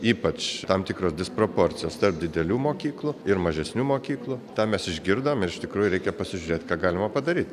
ypač tam tikros disproporcijos tarp didelių mokyklų ir mažesnių mokyklų tą mes išgirdom ir iš tikrųjų reikia pasižiūrėt ką galima padaryt